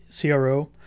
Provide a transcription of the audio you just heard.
CRO